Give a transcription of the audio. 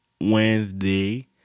Wednesday